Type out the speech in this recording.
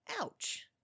Ouch